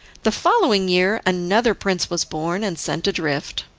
the following year another prince was born and sent adrift,